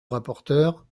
rapporteur